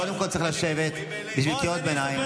קודם כול צריך לשבת בשביל קריאות ביניים.